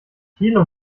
thilo